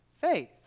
faith